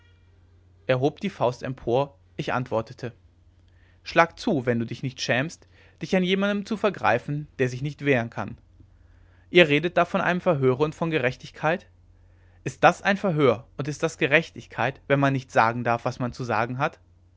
hob die faust empor ich antwortete schlag zu wenn du dich nicht schämst dich an jemandem zu vergreifen der sich nicht wehren kann ihr redet da von einem verhöre und von gerechtigkeit ist das ein verhör und ist das gerechtigkeit wenn man nicht sagen darf was man zu sagen hat